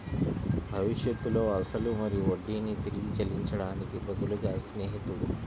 భవిష్యత్తులో అసలు మరియు వడ్డీని తిరిగి చెల్లించడానికి బదులుగా స్నేహితుడు